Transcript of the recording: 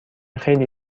خیلی